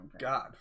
god